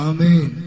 Amen